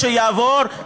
כשיעבור,